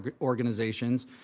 organizations